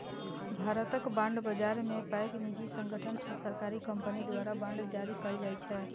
भारतक बांड बाजार मे पैघ निजी संगठन आ सरकारी कंपनी द्वारा बांड जारी कैल जाइ छै